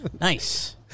Nice